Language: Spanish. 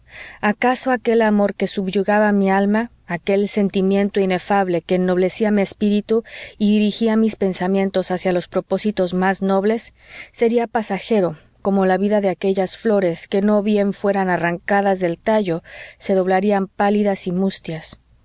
acaso aquel amor que subyugaba mi alma aquel sentimiento inefable que ennoblecía mi espíritu y dirigía mis pensamientos hacia los propósitos más nobles sería pasajero como la vida de aquellas flores que no bien fueran arrancadas del tallo se doblarían pálidas y mustias